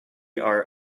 are